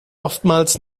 oftmals